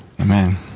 amen